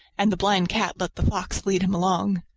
and the blind cat let the fox lead him along.